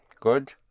Good